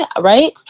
right